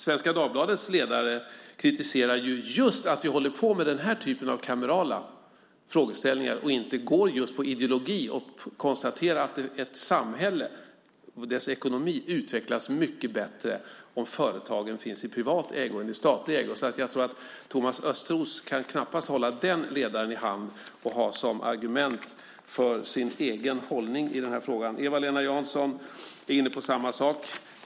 Svenska Dagbladets ledare kritiserar just att vi håller på med denna typ av kamerala frågeställningar och inte går på ideologi och konstaterar att ett samhälle och dess ekonomi utvecklas mycket bättre om företagen finns i privat och inte i statlig ägo. Thomas Östros kan knappast hålla den ledaren i hand och ha den som argument för sin egen hållning i frågan. Eva-Lena Jansson är inne på samma sak.